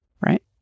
Right